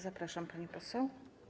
Zapraszam, pani poseł.